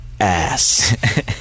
ass